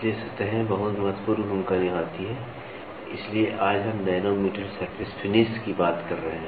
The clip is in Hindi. इसलिए सतहें बहुत महत्वपूर्ण भूमिका निभाती हैं इसलिए आज हम नैनोमीटर सरफेस फिनिश की बात कर रहे हैं